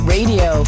Radio